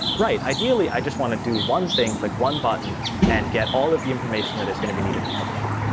right. ideally, i just want to do one thing, click one button and get all of the information that is going to be needed to troubleshoot.